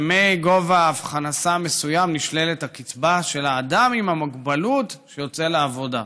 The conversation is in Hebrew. שמגובה הכנסה מסוים נשללת הקצבה של האדם עם המוגבלות שיוצא לעבודה.